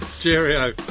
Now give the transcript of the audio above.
Cheerio